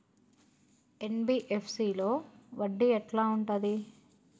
NBFC లో వడ్డీ ఎట్లా ఉంటది?